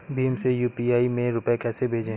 भीम से यू.पी.आई में रूपए कैसे भेजें?